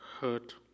hurt